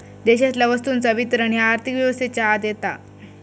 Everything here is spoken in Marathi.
देशातल्या वस्तूंचा वितरण ह्या आर्थिक व्यवस्थेच्या आत येता